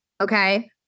okay